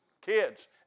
Kids